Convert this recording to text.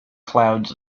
clouds